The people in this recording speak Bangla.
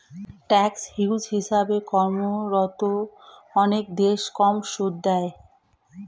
ট্যাক্স হেভ্ন্ হিসেবে কর্মরত অনেক দেশ কম সুদ নেয়